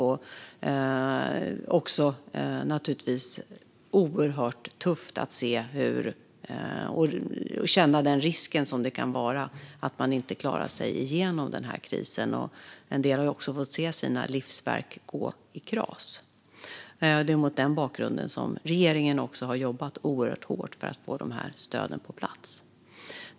Det är naturligtvis oerhört tufft att känna av risken att man inte klarar sig igenom den här krisen. En del har också fått se sina livsverk gå i kras. Det är mot den bakgrunden som regeringen har jobbat oerhört hårt för att få de här stöden på plats.